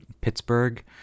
pittsburgh